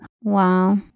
Wow